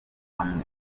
hamwe